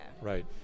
right